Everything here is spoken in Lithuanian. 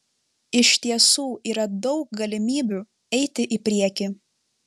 iš tiesų yra daug galimybių eiti į priekį